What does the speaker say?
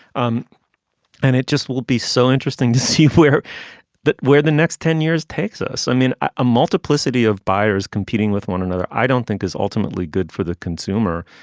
um and it just will be so interesting to see where that where the next ten years takes us. i mean a multiplicity of buyers competing with one another i don't think is ultimately good for the consumer.